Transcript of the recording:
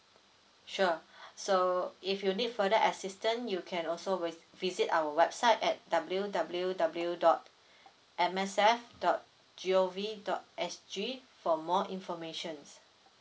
sure so if you need further assistance you can also vi~ visit our website at W W W dot M S F dot G O V dot S G for more information